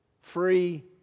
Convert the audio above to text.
free